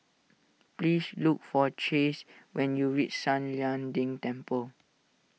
please look for Chace when you reach San Lian Deng Temple